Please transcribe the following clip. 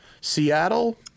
Seattle